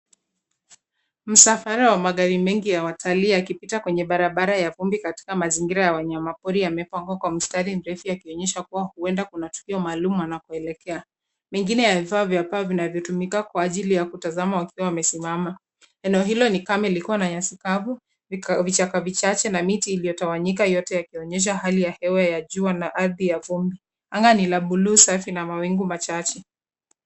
Msafara wa magari mengi ya watalii wakipita kwenye barabara ya vumbi katika mazingira ya wanyamapori yamepangwa kwa mstari mrefu yakionyesha kuwa huenda kuna tukio maalum wanakoelekea. Mengine yyavifaa vya paa vinavyotumika kwa ajili ya kutazama wakiwa wamesimama. Eneo hilo ni kame lilikuwa na nyasi kavu, vichaka vichache na miti iliyotawanyika yote yakionyesha hali ya hewa ya jua na ardhi ya vumbi. Anga ni la blue safi na mawingu machache.